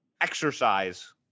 exercise